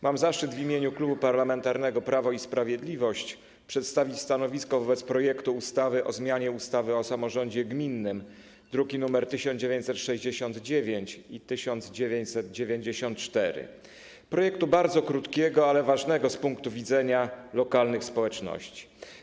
Mam zaszczyt w imieniu Klubu Parlamentarnego Prawo i Sprawiedliwość przedstawić stanowisko wobec projektu ustawy o zmianie ustawy o samorządzie gminnym, druki nr 1969 i 1994, projektu bardzo krótkiego, ale ważnego z punktu widzenia lokalnych społeczności.